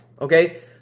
okay